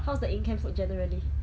how's the in camp food generally